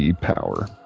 power